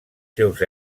seus